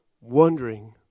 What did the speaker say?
wondering